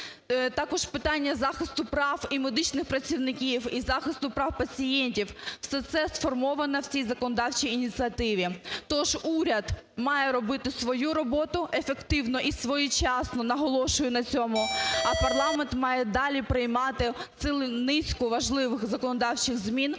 Також питання захисту прав і медичних працівників, і захисту прав пацієнтів – це все сформовано в цій законодавчій ініціативі. Тож уряд має робити свою роботу ефективно і своєчасно, наголошую на цьому, а парламент має далі приймати цілу низку важливих законодавчих змін,